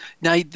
now